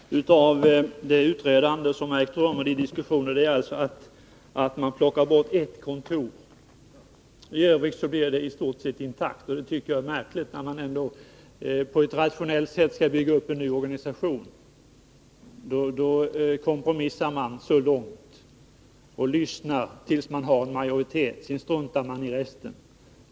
Herr talman! Slutprodukten av det utredande som ägt rum och de diskussioner som förts är, att man plockar bort ett kontor. I övrigt blir organisationen i stort sett intakt. Det tycker jag är märkligt. När man skall bygga upp en ny rationell organisation kompromissar man till dess man har en majoritet. Sedan struntar man i resten.